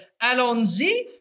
Allons-y